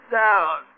down